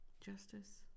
justice